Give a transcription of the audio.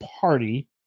party